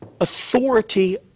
authority